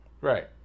Right